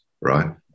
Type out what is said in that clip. right